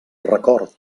record